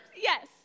Yes